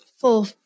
full